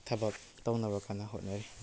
ꯊꯕꯛ ꯇꯧꯅꯕ ꯀꯟꯅ ꯍꯣꯠꯅꯔꯤ